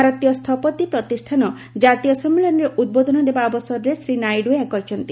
ଭାରତୀୟ ସ୍ଥୁପତି ପ୍ରତିଷ୍ଠାନ ଜାତୀୟ ସମ୍ମିଳନୀରେ ଉଦ୍ବୋଧନ ଦେବା ଅବସରରେ ଶ୍ରୀ ନାଇଡୁ ଏହା କହିଛନ୍ତି